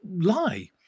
lie